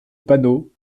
panot